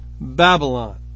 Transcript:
Babylon